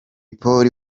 polly